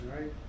right